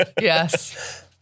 Yes